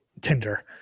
Tinder